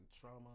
trauma